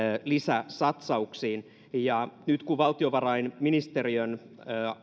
lisäsatsauksiin ja nyt kun valtiovarainministeriön